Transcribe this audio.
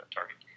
Target